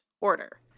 order